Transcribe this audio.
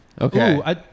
Okay